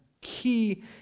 key